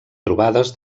trobades